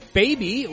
baby